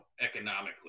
economically